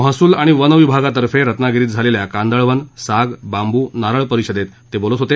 महसूल आणि वन विभागातर्फे रत्नागिरीत झालेल्या कांदळवन साग बांबू नारळ परिषदेत ते बोलत होते